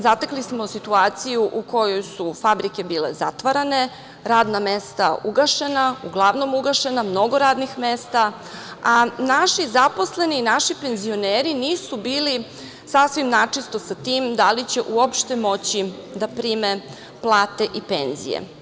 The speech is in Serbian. Zatekli smo situaciju u kojoj su fabrike bile zatvarane, radna mesta ugašena, uglavnom ugašena, mnogo radnih mesta, a naši zaposleni i naši penzioneri nisu bili sasvim načisto sa tim da li će uopšte moći da prime plate i penzije.